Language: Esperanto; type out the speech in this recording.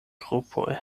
grupoj